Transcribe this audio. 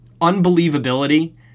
unbelievability